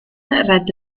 red